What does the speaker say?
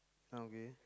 okay